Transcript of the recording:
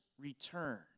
return